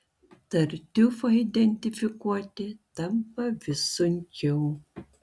tartiufą identifikuoti tampa vis sunkiau